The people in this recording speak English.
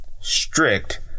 strict